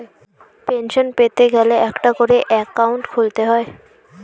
pension পেতে গেলে একটা করে অ্যাকাউন্ট খুলতে হয়